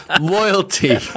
loyalty